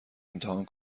امتحان